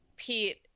Pete